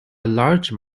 large